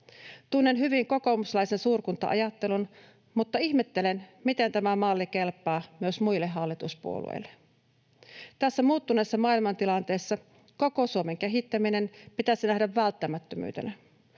Tunnen hyvin kokoomuslaisen suurkunta-ajattelun, mutta ihmettelen, miten tämä malli kelpaa myös muille hallituspuolueille. Tässä muuttuneessa maailmantilanteessa koko Suomen kehittäminen pitäisi nähdä välttämättömyytenä.